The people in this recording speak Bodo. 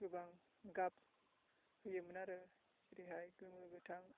गोबां गाब होयोमोन आरो जेरैहाय गोमो गोथां